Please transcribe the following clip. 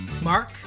Mark